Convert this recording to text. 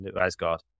Asgard